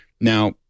Now